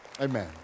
Amen